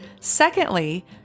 Secondly